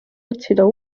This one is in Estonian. otsida